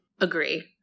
Agree